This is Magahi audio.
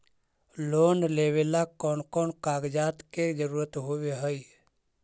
लोन लेबे ला कौन कौन कागजात के जरुरत होबे है?